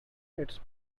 its